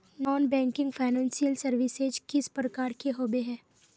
Non banking financial services किस प्रकार के होबे है?